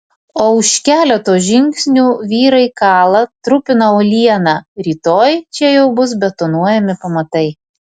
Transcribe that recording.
o už keleto žingsnių vyrai kala trupina uolieną rytoj čia jau bus betonuojami pamatai